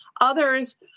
Others